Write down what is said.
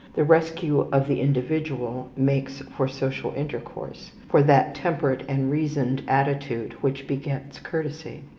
the rescue of the individual makes for social intercourse, for that temperate and reasoned attitude which begets courtesy.